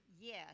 yes